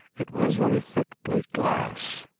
it was very thick plate glass.